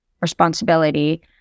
responsibility